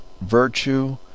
virtue